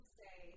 say